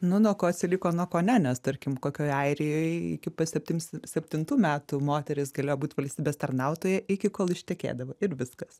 nu nuo ko atsiliko nuo ko ne nes tarkim kokioj airijoj iki pat septym se septintų metų moteris galėjo būt valstybės tarnautoja iki kol ištekėdavo ir viskas